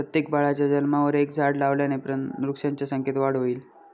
प्रत्येक बाळाच्या जन्मावर एक झाड लावल्याने पण वृक्षांच्या संख्येत वाढ होईल